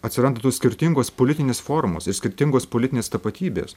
atsiranda tos skirtingos politinės formos ir skirtingos politinės tapatybės